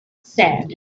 said